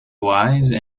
wise